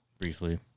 briefly